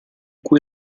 cui